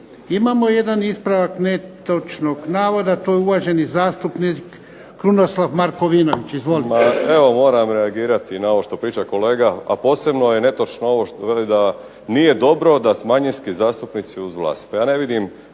Imamo jedan ispravak netočnog navoda. To je uvaženi zastupnik Krunoslav Markovinović. Izvolite. **Markovinović, Krunoslav (HDZ)** Ma evo moram reagirati na ovo što priča kolega, a posebno je netočno što veli da nije dobro da su manjinski zastupnici uz vlast.